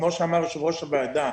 כפי שאמר יושב-ראש הוועדה,